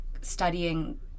studying